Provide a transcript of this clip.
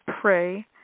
pray